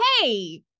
hey